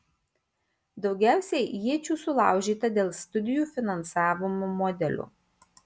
daugiausiai iečių sulaužyta dėl studijų finansavimo modelio